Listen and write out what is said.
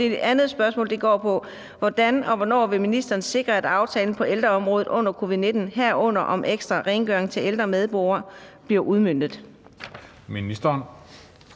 det andet spørgsmål er: Hvordan og hvornår vil ministeren sikre, at aftalen på ældreområdet under covid-19, herunder om ekstra rengøring til ældre medborgere, bliver udmøntet?